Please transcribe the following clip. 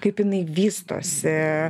kaip jinai vystosi